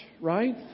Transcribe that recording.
right